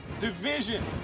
division